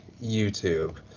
YouTube